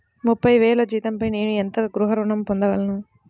ముప్పై వేల జీతంపై నేను ఎంత గృహ ఋణం పొందగలను?